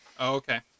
Okay